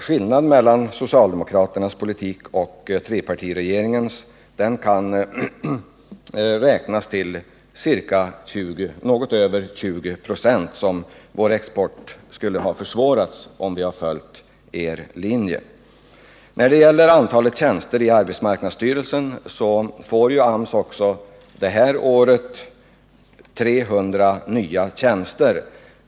Skillnaden mellan socialdemokraternas politik och trepartiregeringens politik — minst 20 96 i kostnadsbelastning på Sveriges export — skulle kraftigt ha minskat vår konkurrenskraft. AMS får också detta år 300 nya tjänster.